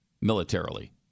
militarily